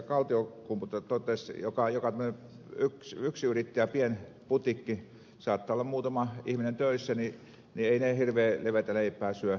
kaltiokumpu täällä totesi jotka ovat tämmöisiä yksinyrittäjiä pienputiikkeja saattaa olla muutama ihminen töissä eivät ne hirveän leveätä leipää syö